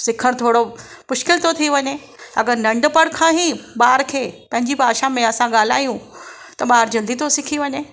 सिखणु थोरो मुश्किल थो थी वञे अगरि नढपिणु खां ई ॿार खे पंहिंजी भाषा में असां ॻाल्हायूं त ॿारु जल्दी थो सिखी वञे